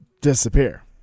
disappear